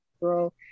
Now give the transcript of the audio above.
bro